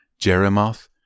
Jeremoth